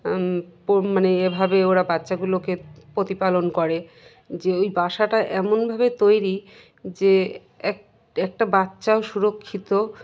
মানে এভাবে ওরা বাচ্চাগুলোকে প্রতিপালন করে যে ওই বাসাটা এমনভাবে তৈরি যে এক একটা বাচ্চাও সুরক্ষিত